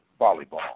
volleyball